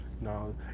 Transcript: No